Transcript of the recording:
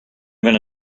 gonna